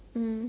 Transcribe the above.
mm